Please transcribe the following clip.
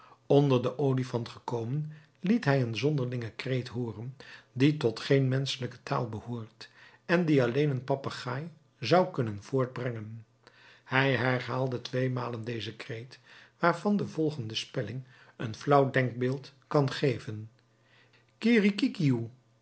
onder den olifant gekomen liet hij een zonderlingen kreet hooren die tot geen menschelijke taal behoort en die alleen een papegaai zou kunnen voortbrengen hij herhaalde tweemalen dezen kreet waarvan de volgende spelling een flauw denkbeeld kan geven kirikikioe